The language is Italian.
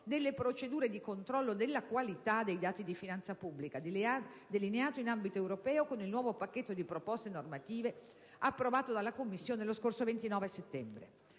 delle procedure di controllo della qualità dei dati di finanza pubblica delineato in ambito europeo con il nuovo pacchetto di proposte normative approvato dalla Commissione lo scorso 29 settembre.